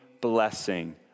blessing